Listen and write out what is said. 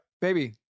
Baby